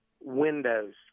Windows